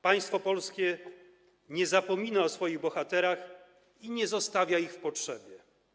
Państwo polskie nie zapomina o swoich bohaterach i nie zostawia ich w potrzebie.